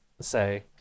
say